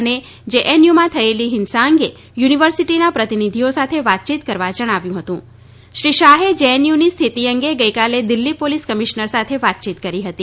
અને જેએનયુમાં થયેલી હિંસા અંગે યુનિવર્સિટીના પ્રતિનિધિઓ સાથે વાતચીત કરવા જણાવ્યું હતું શ્રી શાહે જેએનયુની સ્થિતિ અંગે ગઈકાલે દિલ્હી પોલીસ કમિશનર સાથે વાતયીત કરી હતી